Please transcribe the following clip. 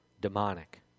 demonic